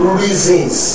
reasons